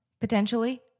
potentially